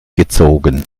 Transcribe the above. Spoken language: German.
gezogen